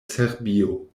serbio